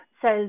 says